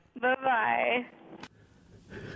Bye-bye